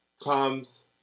Comes